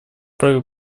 правил